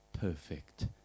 perfect